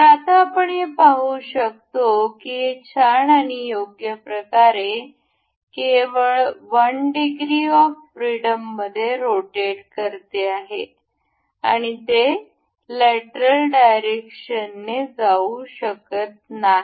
तर आता आपण हे पाहू शकतो की हे छान आणि योग्य प्रकारे केवळ वन डिग्री ऑफ फ्रीडम मध्ये रोटेट करत आहे आणि ते लेटरल डायरेक्शनने जाऊ शकत नाही